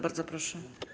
Bardzo proszę.